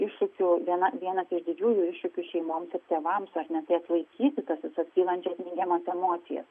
iššūkių viena vienas iš didžiųjų iššūkių šeimoms ir tėvams ar ne tai atlaikyti tas visas kylančias neigiamas emocijas